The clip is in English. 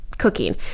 Cooking